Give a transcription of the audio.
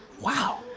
wow!